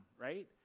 right